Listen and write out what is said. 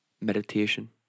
meditation